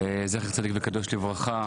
זכר צדיק וקדוש לברכה.